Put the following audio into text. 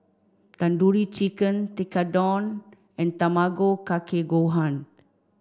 Tandoori Chicken Tekkadon and Tamago Kake Gohan